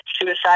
suicide